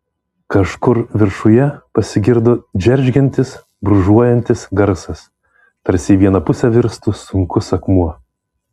kažkur viršuje pasigirdo džeržgiantis brūžuojantis garsas tarsi į vieną pusę virstų sunkus akmuo